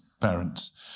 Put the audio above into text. parents